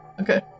okay